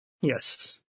Yes